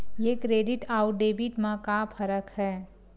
ये क्रेडिट आऊ डेबिट मा का फरक है?